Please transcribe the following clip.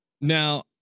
Now